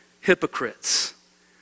hypocrites